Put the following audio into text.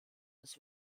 des